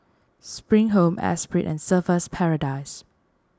Spring Home Esprit and Surfer's Paradise